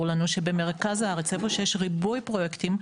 לנו שבמרכז הארץ איפה שיש ריבוי פרויקטים,